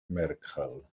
merkel